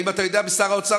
האם אתה יודע על שר האוצר,